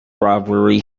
robbery